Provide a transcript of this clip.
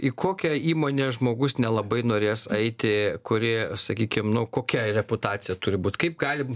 į kokią įmonę žmogus nelabai norės eiti kuri sakykim nu kokia reputacija turi būt kaip galim